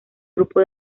grupo